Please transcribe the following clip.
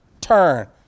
turn